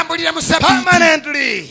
Permanently